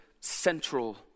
central